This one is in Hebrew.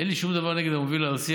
אין לי שום דבר נגד המוביל הארצי,